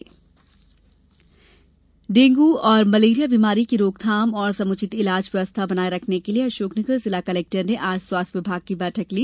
dengue उपचार dengue और malaria बीमारी की रोकथाम और समुचित इलाज व्यवस्था बनाये रखने के लिए अशोक नगर जिला कलेक्टर ने आज स्वास्थ्य विभाग की बैठक ली